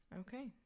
okay